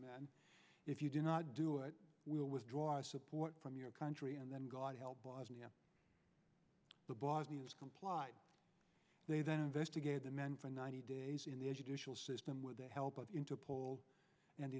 men if you do not do it will withdraw support from your country and then god help bosnia the bosnians complied they then investigated the man for ninety days in the educational system with the help of interpol and the